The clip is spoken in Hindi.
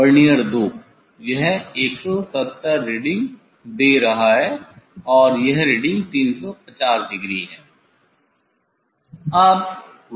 वर्नियर 2 यह 170 रीडिंग दे रहा है और यह रीडिंग 350 डिग्री है